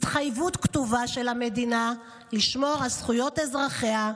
התחייבות כתובה של המדינה לשמור על זכויות אזרחיה.